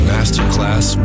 Masterclass